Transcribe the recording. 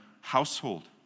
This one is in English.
household